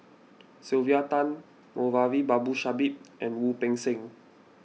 Sylvia Tan Moulavi Babu Sahib and Wu Peng Seng